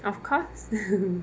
of course